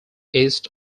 east